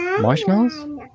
Marshmallows